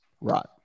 Right